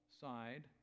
side